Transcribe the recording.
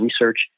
research